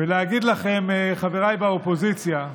להגיד לכם, חבריי באופוזיציה,